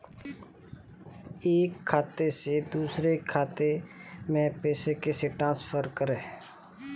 एक खाते से दूसरे खाते में पैसे कैसे ट्रांसफर करें?